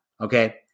Okay